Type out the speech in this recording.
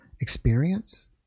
experience